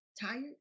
tired